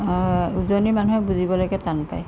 উজনিৰ মানুহে বুজিবলৈকে টান পায়